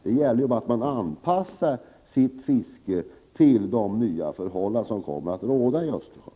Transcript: Det gäller bara att anpassa sitt fiske till de nya förhållanden som kommer att råda i Östersjön.